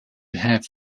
have